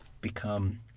become